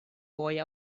boy